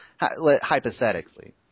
hypothetically